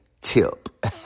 tip